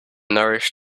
nourish